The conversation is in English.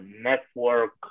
network